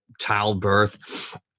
childbirth